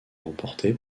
remportée